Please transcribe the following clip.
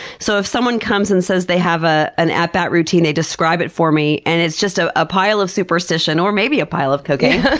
so if someone comes and says they have ah an at-bat routine, they describe it for me and it's just ah a pile of superstition or maybe a pile of cocaine